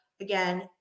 again